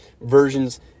versions